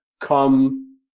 come